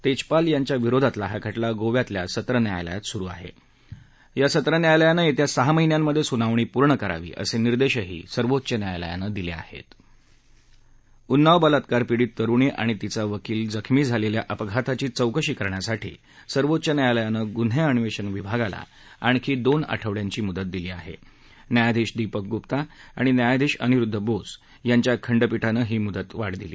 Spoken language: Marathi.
तख्माल यांच्या विरोधातला हा खटला गोव्यातल्या सत्रन्यायालयात सुरु आहा आ सत्र न्यायलयानं यस्विा सहा महिन्यांमध्य झुनावणी पूर्ण करावी असा निर्देशही सर्वोच्च न्यायालयानं दिलआहत्ती उन्नाव बलात्कार पिडित तरुणी आणि तिचा वकील जखमी झालखिा अपघाताची चौकशी करण्यासाठी सर्वोच्च न्यायालयानं गुन्ह अन्वर्णि विभागाला आणखी दोन आठवड मुँदत दिली आह न्यायाधिश दीपक गुप्ता आणि न्यायाधिश अनिरुद्ध बोस यांच्या खंडपीठान ही मुदत वाढ दिली